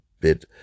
bit